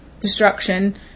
destruction